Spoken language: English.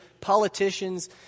politicians